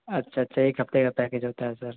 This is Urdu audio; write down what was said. اچھا اچھا ایک ہفتے کا پیکیج ہوتا ہے سر